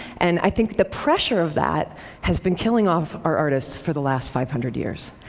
and i think the pressure of that has been killing off our artists for the last five hundred years.